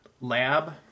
lab